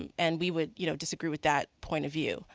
and and we would you know disagree with that point of view.